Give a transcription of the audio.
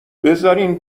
بذارین